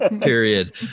period